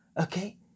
okay